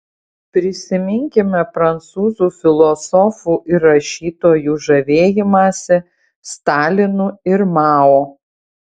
prisiminkime prancūzų filosofų ir rašytojų žavėjimąsi stalinu ir mao